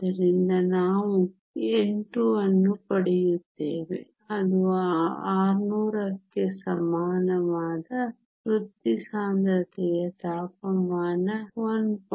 ಆದ್ದರಿಂದ ನಾವು n2 ಅನ್ನು ಪಡೆಯುತ್ತೇವೆ ಅದು 600 ಕ್ಕೆ ಸಮಾನವಾದ ವೃತ್ತಿ ಸಾಂದ್ರತೆಯ ತಾಪಮಾನ 1